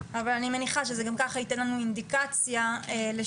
אבל אני מניחה שזה גם ככה ייתן לנו אינדיקציה לשאר